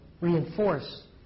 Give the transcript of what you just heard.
reinforce